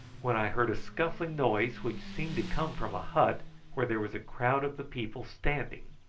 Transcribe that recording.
when i heard a scuffling noise, which seemed to come from a hut where there was a crowd of the people standing.